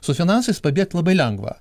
su finansais pabėgt labai lengva